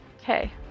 Okay